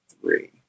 Three